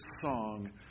song